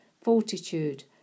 fortitude